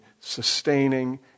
sustaining